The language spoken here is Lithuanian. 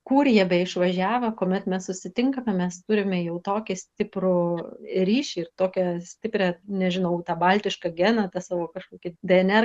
kur jie beišvažiavę kuomet mes susitinkame mes turime jau tokį stiprų ryšį ir tokią stiprią nežinau tą baltišką geną tą savo kažkokį dnr